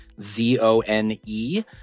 Z-O-N-E